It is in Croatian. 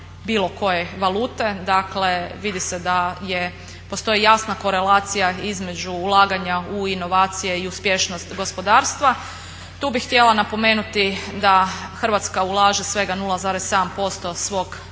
bilo koje valute, dakle vidi se da postoji jasna korelacija između ulaganja u inovacije i uspješnost gospodarstva. Tu bih htjela napomenuti da Hrvatska ulaže svega 0,7% svog